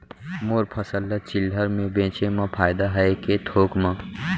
मोर फसल ल चिल्हर में बेचे म फायदा है के थोक म?